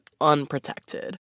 unprotected